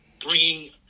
bringing